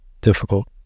difficult